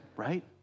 right